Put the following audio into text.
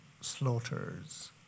slaughters